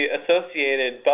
associated